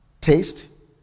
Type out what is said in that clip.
taste